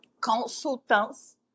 consultants